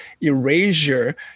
erasure